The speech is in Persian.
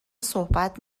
صحبت